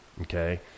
okay